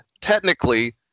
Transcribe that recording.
technically